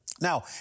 now